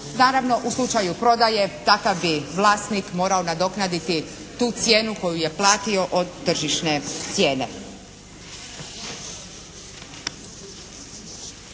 Naravno u slučaju prodaje takav bi vlasnik morao nadoknaditi tu cijenu koju je platio od tržišne cijene.